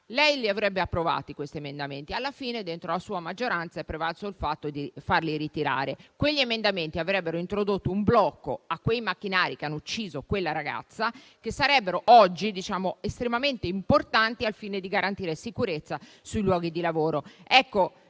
Lei li avrebbe approvati, ma alla fine, dentro la sua maggioranza, è prevalsa la volontà di farli ritirare. Quegli emendamenti avrebbero introdotto un blocco a quei macchinari che hanno ucciso quella ragazza e sarebbero oggi estremamente importanti al fine di garantire sicurezza sui luoghi di lavoro.